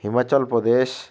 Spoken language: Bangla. হিমাচল প্রদেশ